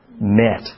met